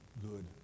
good